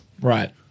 Right